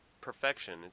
perfection